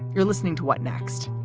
you're listening to what next?